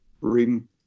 reading